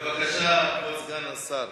בבקשה, כבוד סגן השר.